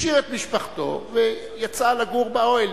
השאיר את משפחתו ויצא לגור באוהל,